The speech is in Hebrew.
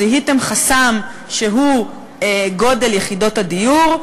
זיהיתם חסם שהוא גודל יחידות הדיור.